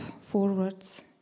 forwards